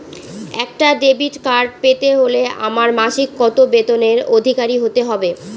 একটা debit card পেতে হলে আমার মাসিক কত বেতনের অধিকারি হতে হবে?